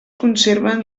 conserven